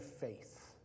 faith